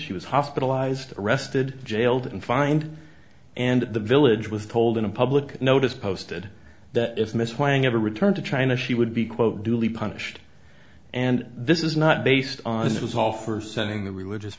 she was hospitalized arrested jailed and fined and the village was told in a public notice posted that if mrs wang ever returned to china she would be quote duly punished and this is not based on this it was all for sending the religious